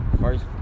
First